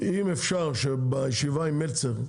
אם אפשר שבישיבה עם מלצר,